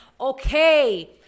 okay